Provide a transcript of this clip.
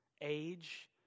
age